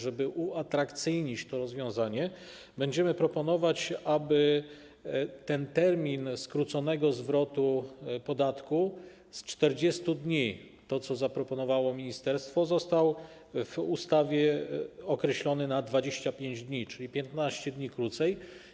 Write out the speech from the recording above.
Żeby uatrakcyjnić to rozwiązanie, będziemy proponować, aby termin skróconego zwrotu podatku z 40 dni - to, co zaproponowało ministerstwo - został w ustawie określony na 25 dni, czyli 15 dni krócej.